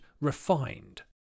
refined